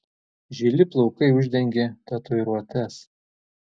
žili plaukai uždengė tatuiruotes